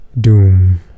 Doom